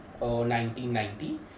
1990